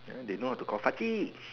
ya they know how to call face